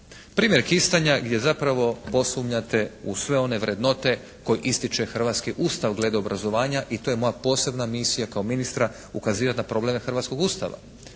Primjer Kistanja gdje zapravo posumnjate u sve one vrednote koje ističe hrvatski Ustav glede obrazovanja i to je moja posebna misija kao ministra ukazivati na probleme hrvatskog Ustava.